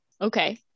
Okay